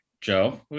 joe